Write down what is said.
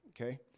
okay